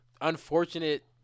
unfortunate